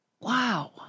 Wow